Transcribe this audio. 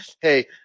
hey